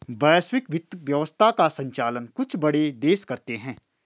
वैश्विक वित्त व्यवस्था का सञ्चालन कुछ बड़े देश करते हैं